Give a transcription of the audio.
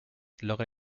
logra